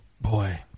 boy